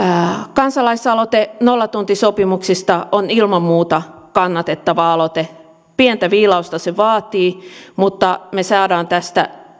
kansalaisaloite nollatuntisopimuksista on ilman muuta kannatettava aloite pientä viilausta se vaatii mutta me saamme tästä